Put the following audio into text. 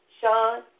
Sean